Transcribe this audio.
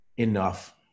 enough